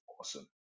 awesome